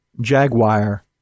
Jaguar